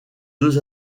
deux